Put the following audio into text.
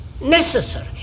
necessary